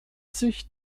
sich